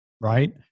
right